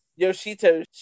Yoshito